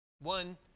One